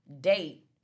date